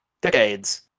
decades